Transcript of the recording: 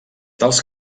dels